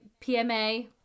PMA